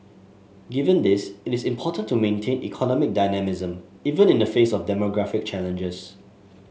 given this it is important to maintain economic dynamism even in the face of demographic challenges